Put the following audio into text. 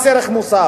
מס ערך מוסף?